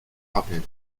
rappel